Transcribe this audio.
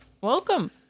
Welcome